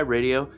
Radio